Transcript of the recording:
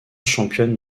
championne